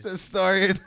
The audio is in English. Sorry